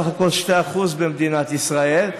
בסך הכול 2% במדינת ישראל.